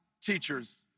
teachers